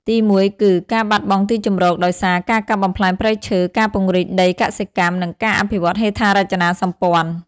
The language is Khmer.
ទីមួយគឺ ការបាត់បង់ទីជម្រកដោយសារ ការកាប់បំផ្លាញព្រៃឈើ ការពង្រីកដីកសិកម្ម និងការអភិវឌ្ឍហេដ្ឋារចនាសម្ព័ន្ធ។